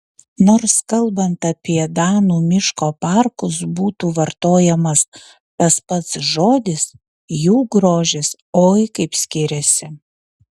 nors kalbant apie danų miško parkus būtų vartojamas tas pats žodis jų grožis oi kaip skiriasi